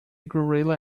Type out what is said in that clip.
gorilla